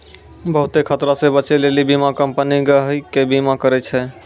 बहुते खतरा से बचै लेली बीमा कम्पनी गहकि के बीमा करै छै